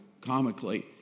comically